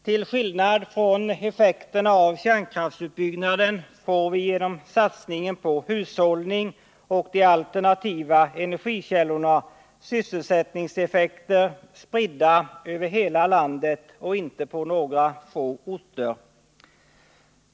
Till skillnad från de effekter vi får av kärnkraftsutbyggnaden får vi genom satsningen på hushållning och de alternativa energikällorna sysselsättningseffekter spridda över hela landet och inte på några få orter.